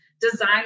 design